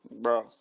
Bro